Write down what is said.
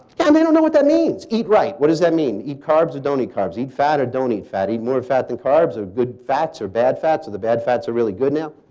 yeah, they don't know what that means. eat right. what does that mean? eat carbs or don't eat carbs? eat fat or don't eat fat? eat more fat than carbs? or good fats or bad fats. are the bad fats really good now?